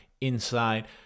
inside